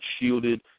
shielded